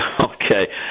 Okay